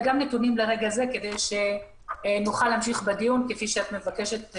וגם נתונים לרגע זה כדי שנוכל להמשיך בדיון כפי שאת מבקשת,